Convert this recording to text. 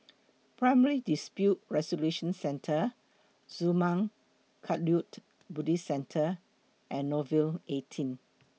Primary Dispute Resolution Centre Zurmang Kagyud Buddhist Centre and Nouvel eighteen